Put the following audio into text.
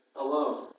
alone